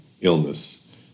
illness